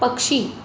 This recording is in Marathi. पक्षी